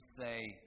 say